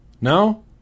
No